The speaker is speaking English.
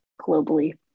globally